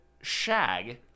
shag